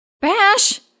Bash